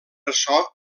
ressò